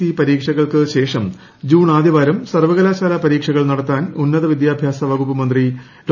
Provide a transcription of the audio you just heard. C പരീക്ഷകൾക്ക് ശേഷം June ആദ്യവാരം സർവകലാശാലാ പരീക്ഷകൾ നടത്താൻ ഉന്നതവിദ്യാഭ്യാസവകുപ്പ് മന്ത്രി ഡോ